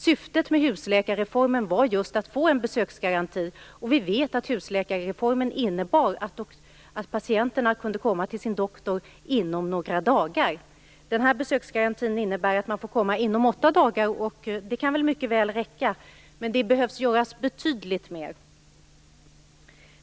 Syftet med husläkarreformen var just att få en besöksgaranti, och husläkarreformen innebar att patienterna kunde komma till sin doktor inom några dagar. Besöksgarantin innebär att man får komma inom åtta dagar, och det kan väl mycket väl räcka, men det behöver göras betydligt mer.